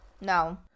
No